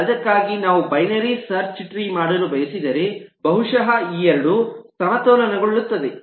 ಅದಕ್ಕಾಗಿ ನಾವು binary search tree ಮಾಡಲು ಬಯಸಿದರೆ ಬಹುಶಃ ಈ ಎರಡು ಸಮತೋಲನಗೊಳ್ಳುತ್ತದೆ